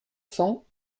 cents